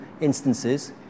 instances